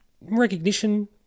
Recognition